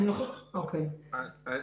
מבקר המדינה ונציב תלונות הציבור מתניהו אנגלמן: